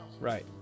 Right